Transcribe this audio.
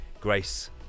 grace